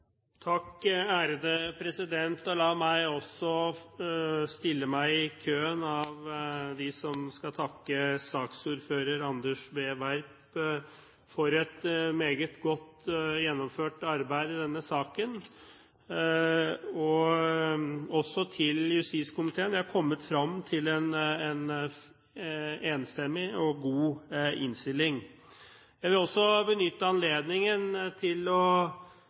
La meg også stille meg i køen av dem som takker saksordfører Anders B. Werp for et meget godt gjennomført arbeid i denne saken, og også takk til justiskomiteen. Vi har kommet frem til en enstemmig og god innstilling. Jeg vil også benytte anledningen til å